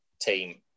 team